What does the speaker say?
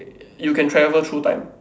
you can travel through time